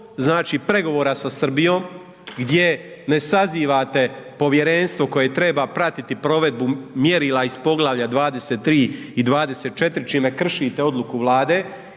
pregovora sa Srbijom gdje ne sazivate povjerenstvo koje treba pratiti provedbu mjerila iz Poglavlja 23. i 24. čime kršite odluku Vlade.